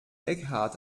eckhart